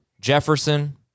Jefferson